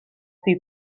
die